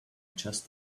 just